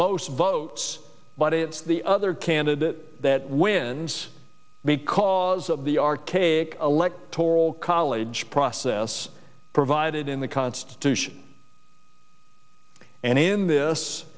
most votes but it's the other candidate that wins because of the archaic electoral college process provided in the constitution and in this